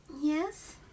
Yes